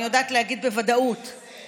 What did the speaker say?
מי אצלכם יכול לנהל ויושיע את עם ישראל?